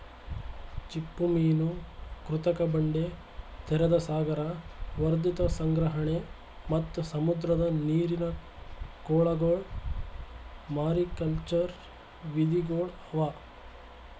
ಚಿಪ್ಪುಮೀನು, ಕೃತಕ ಬಂಡೆ, ತೆರೆದ ಸಾಗರ, ವರ್ಧಿತ ಸಂಗ್ರಹಣೆ ಮತ್ತ್ ಸಮುದ್ರದ ನೀರಿನ ಕೊಳಗೊಳ್ ಮಾರಿಕಲ್ಚರ್ ವಿಧಿಗೊಳ್ ಅವಾ